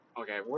Okay